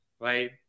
right